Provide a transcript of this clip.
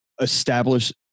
establish